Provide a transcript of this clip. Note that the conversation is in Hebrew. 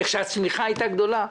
איך שהצמיחה הייתה גדולה?